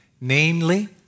namely